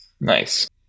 Nice